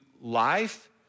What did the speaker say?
life